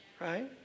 right